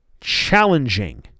challenging